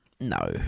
No